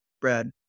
Brad